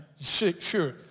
Sure